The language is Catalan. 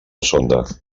sonda